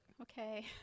okay